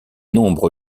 nombre